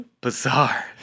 Bizarre